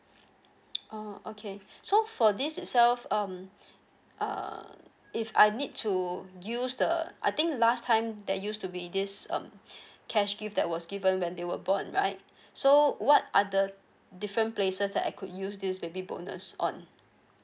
oh okay so for this itself um uh if I need to use the I think last time there used to be this um cash gift that was given when they were born right so what are the different places that I could use this baby bonus on